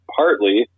partly